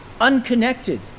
unconnected